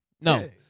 No